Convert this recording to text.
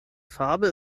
farbe